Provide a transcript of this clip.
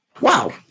Wow